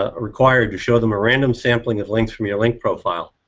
ah required to show them a random samplings of links from your link profile,